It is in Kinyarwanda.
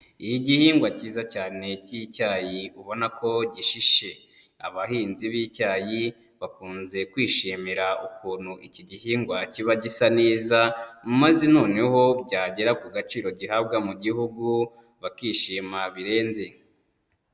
Igihingwa cyiza cyane k'icyayi ubona ko gishishe, abahinzi b'icyayi bakunze kwishimira ukuntu iki gihingwa kiba gisa neza maze noneho byagera ku gaciro gihabwa mu gihugu bakishima birenze.